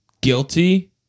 guilty